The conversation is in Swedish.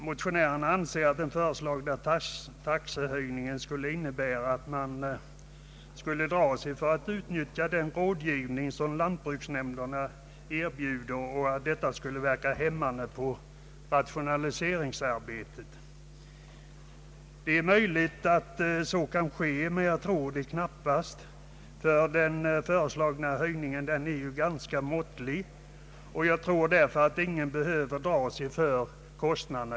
Motionärerna anser att den föreslagna taxehöjningen kan komma att medföra att jordbrukarna kommer att dra sig för att utnyttja den rådgivning som lantbruksnämnderna erbjuder och att detta kan komma att verka hämmande på rationaliseringsarbetet. Det är möjligt, men jag tror det knappast. Höjningen blir ju ganska måttlig, och jag tvivlar på att någon behöver dra sig för kostnaderna.